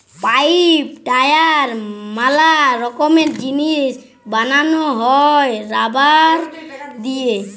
pipe, tyre ম্যালা রকমের জিনিস বানানো হ্যয় রাবার দিয়ে